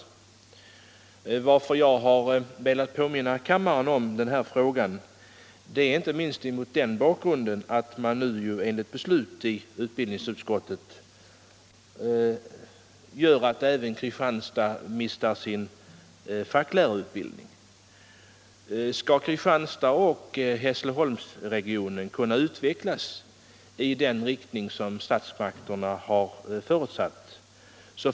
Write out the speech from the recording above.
Anledningen till att jag har velat påminna kammarens ledamöter om den här frågan är inte minst det beslut i utbildningsutskottet som gör att Kristianstad mister även sin klasslärarutbildning. Skall Kristianstad Hässleholm-regionen kunna utvecklas i den riktning som statsmakterna har förutsatt.